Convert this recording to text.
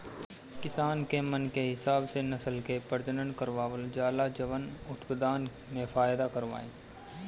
किसान के मन के हिसाब से नसल के प्रजनन करवावल जाला जवन उत्पदान में फायदा करवाए